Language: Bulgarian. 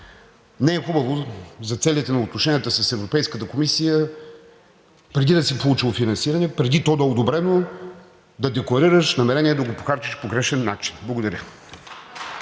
Не е хубаво за целите на отношенията с Европейската комисия, преди да си получил финансиране, преди то да е одобрено, да декларираш намерение да го похарчиш по грешен начин. Благодаря.